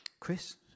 Chris